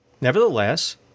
Nevertheless